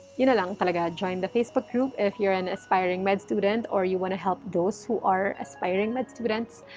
you know like and join the facebook group if you're an aspiring med student or you want to help those who are aspiring med students.